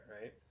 right